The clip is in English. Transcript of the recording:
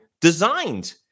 designed